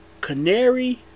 Canary